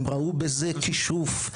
הם ראו בזה כישוף,